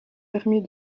permis